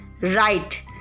right